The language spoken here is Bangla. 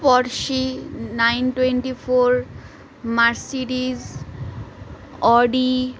Porshi nine twenty four Mercedes Audi